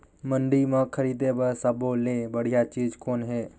मंडी म खरीदे बर सब्बो ले बढ़िया चीज़ कौन हे?